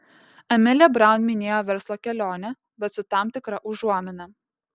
emilė braun minėjo verslo kelionę bet su tam tikra užuomina